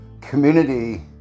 community